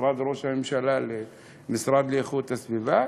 ממשרד ראש הממשלה למשרד להגנת הסביבה,